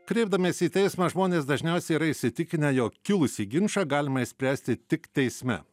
kreipdamiesi į teismą žmonės dažniausiai yra įsitikinę jog kilusį ginčą galima išspręsti tik teisme